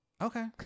okay